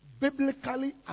biblically